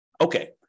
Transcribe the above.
Okay